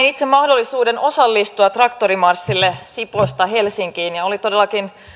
itse mahdollisuuden osallistua traktorimarssille sipoosta helsinkiin ja oli todellakin